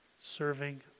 serving